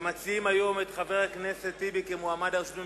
שמציעים היום את חבר הכנסת טיבי כמועמד לראשות הממשלה,